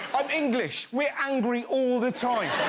i'm english, we're angry all the time.